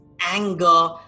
anger